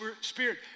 Spirit